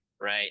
right